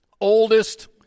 oldest